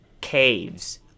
Caves